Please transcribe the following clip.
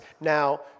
Now